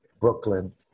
Brooklyn